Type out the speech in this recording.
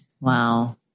Wow